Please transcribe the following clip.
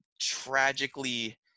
tragically